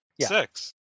Six